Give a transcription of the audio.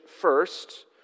first